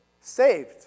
saved